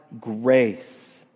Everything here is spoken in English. grace